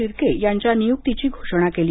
शिर्के यांच्या नियुक्तीची घोषणा केली